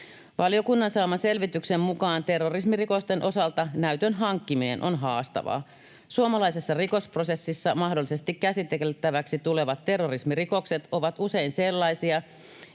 Valiokunnan saaman selvityksen mukaan terrorismirikosten osalta näytön hankkiminen on haastavaa. Suomalaisessa rikosprosessissa mahdollisesti käsiteltäväksi tulevat terrorismirikokset ovat usein sellaisia,